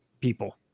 people